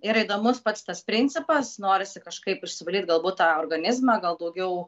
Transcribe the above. ir įdomus pats tas principas norisi kažkaip išsivalyt galbūt tą organizmą gal daugiau